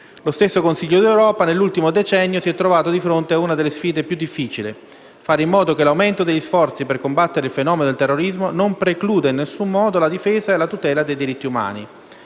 Lo stesso Consiglio d'Europa nell'ultimo decennio si è trovato di fronte ad una delle sfide più difficili: fare sì che l'aumento degli sforzi per combattere il fenomeno del terrorismo non precluda in nessun modo la difesa e la tutela dei diritti umani.